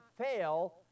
fail